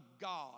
God